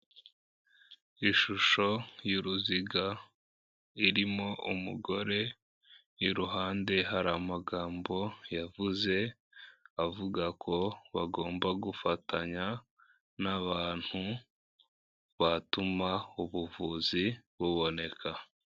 Ishusho y'uruziga irimo umugore, iruhande hari amagambo yavuze avuga ko bagomba gufatanya n'abantu batuma ubuvuzi buboneka.